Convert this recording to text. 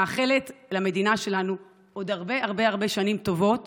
אני מאחלת למדינה שלנו עוד הרבה הרבה שנים טובות